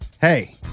hey